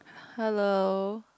hello